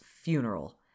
funeral